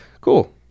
cool